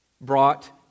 brought